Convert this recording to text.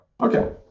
Okay